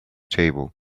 table